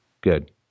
good